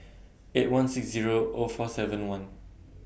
eight one six Zero O four seven one